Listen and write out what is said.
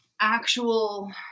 actual